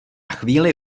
chvíli